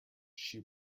shoe